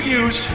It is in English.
use